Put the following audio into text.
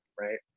right